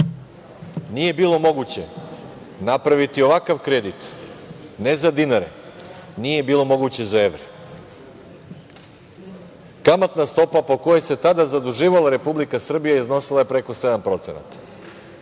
nije bilo moguće napraviti ovakav kredit ne za dinare, nije bilo moguće za evre. Kamatna stopa po kojoj se tada zaduživala Republika Srbija iznosila je preko 7%